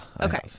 Okay